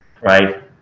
right